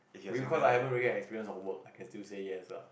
because I haven't really experience on work I can still say yes lah